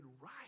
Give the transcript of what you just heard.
right